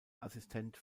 assistent